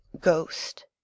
GHOST